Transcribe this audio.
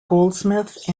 goldsmith